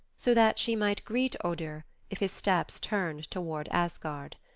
so that she might greet odur if his steps turned toward asgard.